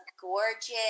gorgeous